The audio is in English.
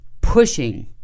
pushing